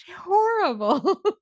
horrible